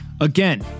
Again